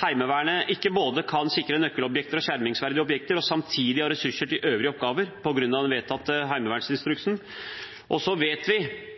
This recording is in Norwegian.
Heimevernet kan ikke både sikre nøkkelobjekter og skjermingsverdige objekter og samtidig ha ressurser til øvrige oppgaver, på grunn av den vedtatte instruksen for Heimevernet. Vi vet